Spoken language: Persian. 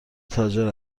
تاجر